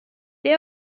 they